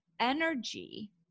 energy